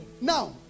now